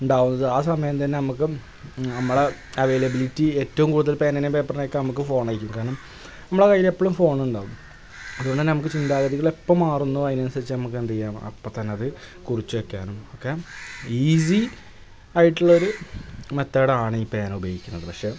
ഉണ്ടാകുന്നത് ആ സമയം തന്നെ നമുക്ക് നമ്മളുടെ അവൈലബിലിറ്റി ഏറ്റവും കൂടുതൽ പേനയും പേപ്പറിനേക്കാളും നമുക്ക് ഫോണായിരിക്കും കാരണം നമ്മളുടെ കയ്യിലെപ്പോഴും ഫോണുണ്ടാകും അതുകൊണ്ടു തന്നെ ചിന്താഗതികളെപ്പോൾ മാറുന്നോ അതിനനുസരിച്ച് നമുക്കെന്തു ചെയ്യാം അപ്പം തന്നത് കുറിച്ച് വെക്കാനും ഒക്കെ ഈസി ആയിട്ടുള്ളൊരു മെത്തേഡാണീ പേന ഉപയോഗിക്കുന്നത് പക്ഷെ